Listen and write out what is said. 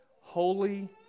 holy